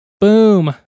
Boom